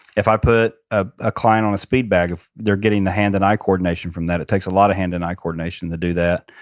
if i put ah a client on a speed bag, if they're getting the hand and eye coordination from that, it takes a lot of hand and eye coordination to do that,